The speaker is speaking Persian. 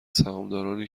سهامدارنی